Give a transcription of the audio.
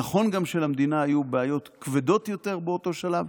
נכון גם שלמדינה היו בעיות כבדות יותר באותו שלב,